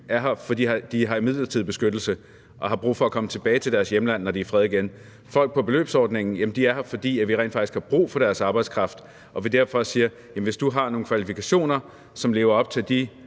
er her, fordi de har midlertidig beskyttelse og har brug for at komme hjem til deres hjemland, når der er fred igen. Folk på beløbsordningen er her, fordi vi rent faktisk har brug for deres arbejdskraft og vi derfor siger: Hvis du har nogen kvalifikationer, som lever op til de